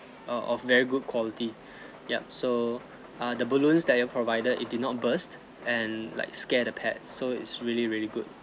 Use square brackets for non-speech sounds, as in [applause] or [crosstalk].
uh of very good quality [breath] yup so err the balloons that you've provided it did not burst and like scare the pet so it's really really good